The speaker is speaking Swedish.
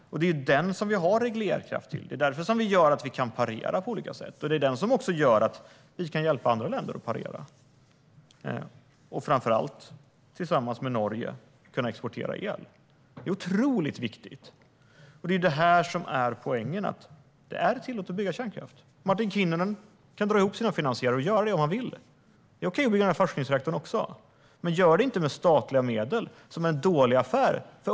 Det är vattenkraften som vi har reglerkraft till. Den gör att man kan parera på olika sätt. Den gör också att vi kan hjälpa andra länder att parera och att vi tillsammans med framför allt Norge kan exportera el. Det är otroligt viktigt. Poängen är att det är tillåtet att bygga kärnkraft. Mattias Karlsson kan dra ihop sina finansiärer och göra det om han vill. Det är okej att bygga en forskningsreaktor också, men gör det inte med statliga medel! Det är en dålig affär.